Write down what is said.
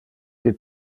que